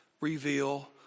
reveal